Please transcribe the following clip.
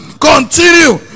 continue